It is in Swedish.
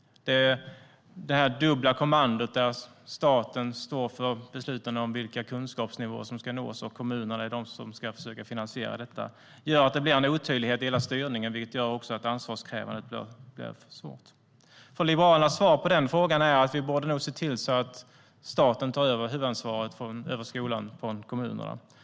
Det är ett dubbelt kommando där staten står för besluten om vilka kunskapsnivåer som ska nås och kommunerna är de som ska försöka att finansiera detta. Det gör att det blir en otydlighet i hela styrningen, vilket också gör att ansvarsutkrävandet blir svårt. Liberalernas svar på den frågan är att vi nog borde se till att staten tar över huvudansvaret för skolan från kommunerna.